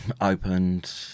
opened